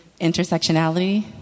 intersectionality